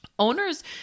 Owners